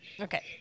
Okay